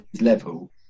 level